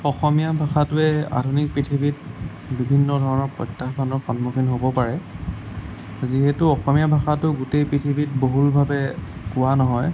অসমীয়া ভাষাটোৱে আধুনিক পৃথিৱীত বিভিন্ন ধৰণৰ প্ৰত্য়াহ্বানৰ সন্মুখীন হ'ব পাৰে যিহেতু অসমীয়া ভাষাটো গোটেই পৃথিৱীত বহুলভাৱে কোৱা নহয়